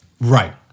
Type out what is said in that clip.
Right